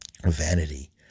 vanity